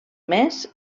més